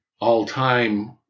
all-time